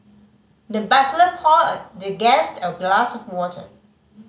the butler poured the guest a glass of water